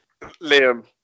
Liam